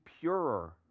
purer